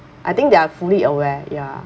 I think they are fully aware ya